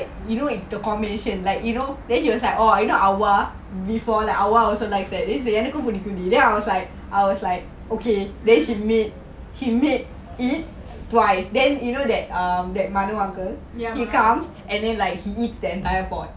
you know it's the combination like you know then he was like oh you know ah wah before like ah wah also likes it என்னாகும் பிடிக்கும் டி:ennakum pidikum di then I was like I was like okay they should meet he made it twice then you know that ah that Mano uncle he comes and then like he eat the entire board